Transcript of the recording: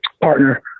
partner